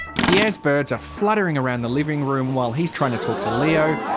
pierre's birds are fluttering around the living room while he's trying to talk to leo,